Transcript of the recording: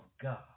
God